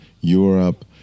Europe